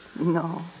No